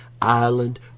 island